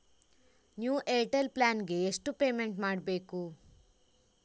New Airtel plan ಗೆ ಎಷ್ಟು payment ಮಾಡ್ಬೇಕು?